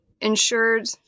insured